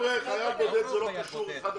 חייל בודד, זה לא קשור אחד לשני.